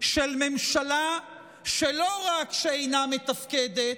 של ממשלה שלא רק שאינה מתפקדת,